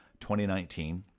2019